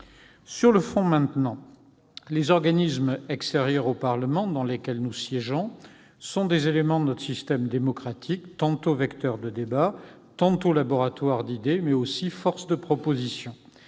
au fond. Les organismes extérieurs au Parlement dans lesquels nous siégeons sont des éléments de notre système démocratique, tantôt vecteurs de débat, tantôt laboratoires d'idées, mais aussi forces de proposition.